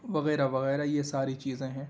وغیرہ وغیرہ یہ ساری چیزیں ہیں